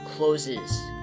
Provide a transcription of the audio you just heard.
Closes